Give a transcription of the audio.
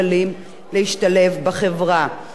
לשרת בצבא ולמלא את חובתם האזרחית כראוי.